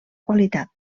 qualitat